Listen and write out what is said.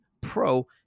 Pro